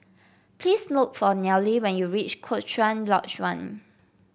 please look for Nealy when you reach Cochrane Lodge One